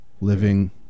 living